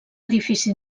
edifici